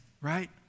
right